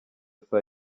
saa